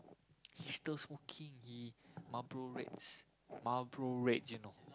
he's still smoking he Mabro red Mabro red you know